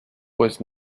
was